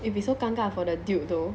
it will be so 尴尬 for the dude though